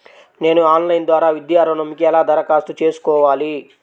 నేను ఆన్లైన్ ద్వారా విద్యా ఋణంకి ఎలా దరఖాస్తు చేసుకోవాలి?